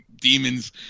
demons